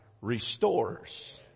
restores